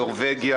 נורבגיה,